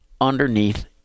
underneath